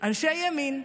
אנשי ימין,